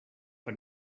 but